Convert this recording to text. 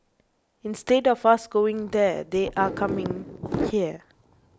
instead of us going there they are coming here